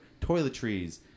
toiletries